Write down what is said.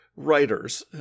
writers